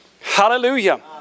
Hallelujah